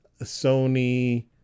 Sony